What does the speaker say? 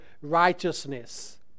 righteousness